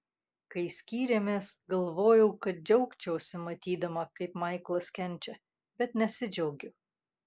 kai skyrėmės galvojau kad džiaugčiausi matydama kaip maiklas kenčia bet nesidžiaugiu